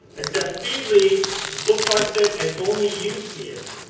except feedly bookmarks it and only you see it.